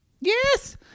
Yes